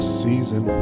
season